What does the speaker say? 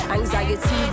Anxiety